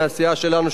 מהסיעה שלנו,